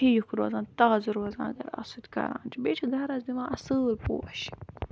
ٹھیک روزان تازٕ روزان اگر اَتھ سۭتۍ کران چھِ بییہِ چھِ گَرس دِوان اصۭل پوش